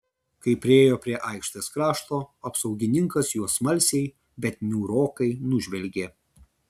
kai priėjo prie aikštės krašto apsaugininkas juos smalsiai bet niūrokai nužvelgė